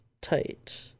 tight